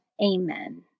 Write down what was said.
Amen